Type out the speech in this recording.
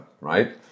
right